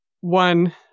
one